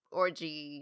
orgy